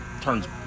turns